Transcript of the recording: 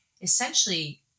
essentially